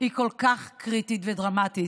היא כל כך קריטית ודרמטית,